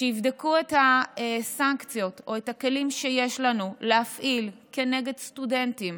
שיבדקו את הסנקציות או את הכלים שיש לנו להפעיל כנגד סטודנטים